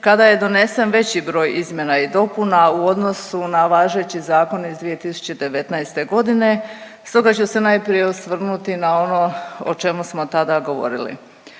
kada je donesen veći broj izmjena i dopuna u odnosu na važeći zakon iz 2019. godine, stoga ću se najprije osvrnuti na ono o čemu smo tada govorili.